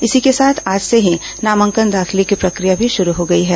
इसी के साथ आज से ही नामांकन दाखिले की प्रक्रिया भी शुरू हो गई है